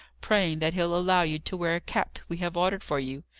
praying that he'll allow you to wear a cap we have ordered for you!